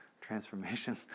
transformation